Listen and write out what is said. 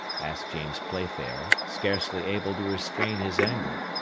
asked james playfair, scarcely able to restrain his anger.